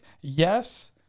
yes